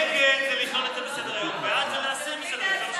נגד זה לכלול את זה בסדר-היום ובעד זה להסיר מסדר-היום.